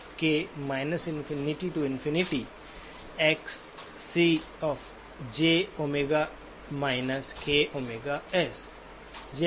तो मूल रूप से यह है